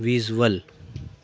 visual